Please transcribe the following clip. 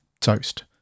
toast